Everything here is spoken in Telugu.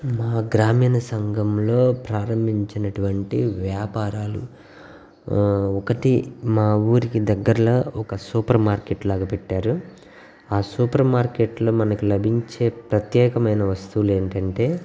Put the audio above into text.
మా గ్రామీణ సంఘంలో ప్రారంభించినటువంటి వ్యాపారాలు ఒకటి మా ఊరికి దగ్గరలో ఒక సూపర్ మార్కెట్ లాగా పెట్టారు ఆ సూపర్ మార్కెట్లో మనకు లభించే ప్రత్యేకమైన వస్తువులు ఏంటంటే